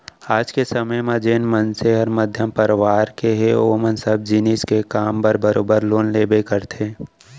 आज के समे म जेन मनसे हर मध्यम परवार के हे ओमन सब जिनिस के काम बर बरोबर लोन लेबे करथे